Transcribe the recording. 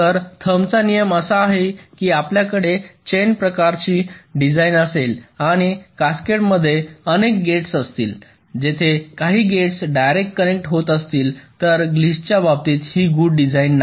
तर थंब चा नियम असा आहे की आपल्याकडे चेन प्रकारची डिझाईन असेल आणि कॅसकेड मध्ये अनेक गेट्स असतील जेथे काही गेट्स डायरेक्ट कनेक्ट होत असतील तर ग्लिचसच्या बाबतीत ही गुड डिझाईन नाही